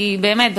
כי באמת,